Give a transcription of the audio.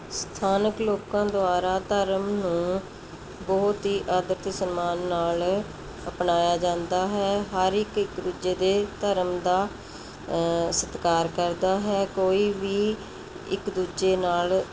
ਸਥਾਨਕ ਲੋਕਾਂ ਦੁਆਰਾ ਧਰਮ ਨੂੰ ਬਹੁਤ ਹੀ ਆਦਰ ਅਤੇ ਸਨਮਾਨ ਨਾਲ ਅਪਣਾਇਆ ਜਾਂਦਾ ਹੈ ਹਰ ਇੱਕ ਇੱਕ ਦੂਜੇ ਦੇ ਧਰਮ ਦਾ ਸਤਿਕਾਰ ਕਰਦਾ ਹੈ ਕੋਈ ਵੀ ਇੱਕ ਦੂਜੇ ਨਾਲ